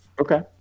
Okay